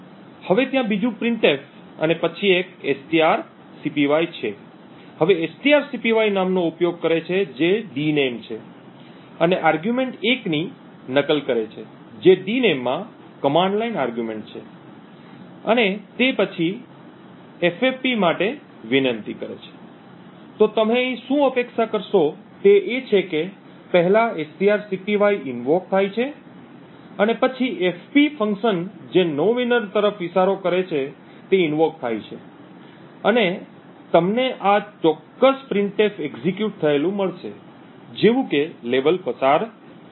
હવે ત્યાં બીજું પ્રિન્ટએફ અને પછી એક એસટીઆરસીપીવાય છે હવે એસટીઆરસીપીવાય નામનો ઉપયોગ કરે છે જે ડિનેમ છે અને આર્ગ્યુમેન્ટ 1 ની નકલ કરે છે જે ડિનેમ માં કમાન્ડ લાઇન આર્ગ્યુમેન્ટ છે અને તે પછી એફએફપી માટે વિનંતી તો તમે અહીં શું અપેક્ષા કરશો તે છે કે પહેલા strcpy ઈન્વોક થાય છે અને પછી એફપી ફંક્શન જે નોવિનર તરફ ઇશારો કરે છે તે ઈન્વોક થાય છે અને તમને આ ચોક્કસ પ્રિન્ટએફ એક્ઝિક્યુટ થયેલું મળશે જેવું કે લેવલ પસાર થયું નથી